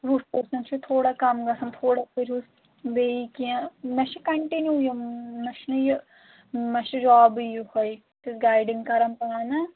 وُہ پٔرسَنٛٹ چھُ تھوڑا کَم گژھان تھوڑا کٔر بیٚیہِ کینٛہہ مےٚ چھِ کَنٹِنیوٗ یِم مےٚ چھُنہٕ یہِ مےٚ چھِ جابٕے یہوے گایڈِنٛگ کَرَان پانہٕ